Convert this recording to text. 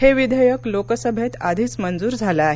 हे विधेयक लोकसभेत आधीच मंजूर झालं आहे